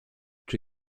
czy